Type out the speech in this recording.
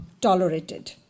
tolerated